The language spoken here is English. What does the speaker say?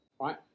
right